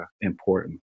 important